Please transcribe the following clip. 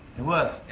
it was.